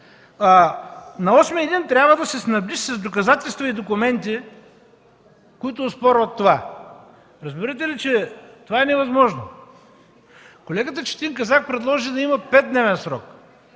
на осмия ден трябва да се снабдиш с доказателства и документи, които оспорват това. Разбирате ли, че това е невъзможно. Колегата Четин Казак предложи да има петдневен срок.